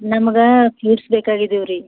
ನಮಗೆ ಫ್ರೂಟ್ಸ್ ಬೇಕಾಗಿದ್ದಿವ್ರೀ